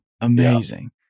amazing